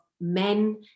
men